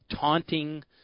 taunting